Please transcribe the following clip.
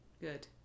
Good